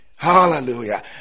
hallelujah